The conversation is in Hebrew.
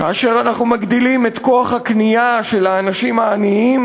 כאשר אנחנו מגדילים את כוח הקנייה של האנשים העניים,